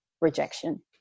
rejection